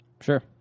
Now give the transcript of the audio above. Sure